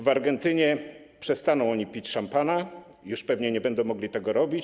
W Argentynie przestaną oni pić szampana, już pewnie nie będą mogli tego robić.